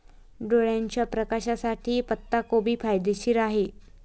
डोळ्याच्या प्रकाशासाठी पत्ताकोबी फायदेशीर आहे